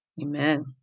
Amen